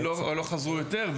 אם לא חזרו יותר,